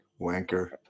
wanker